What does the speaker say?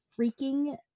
freaking